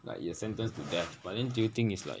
like you are sentenced to death but then do you think is like